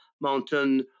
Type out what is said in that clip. Mountain